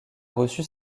reçu